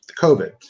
COVID